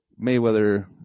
Mayweather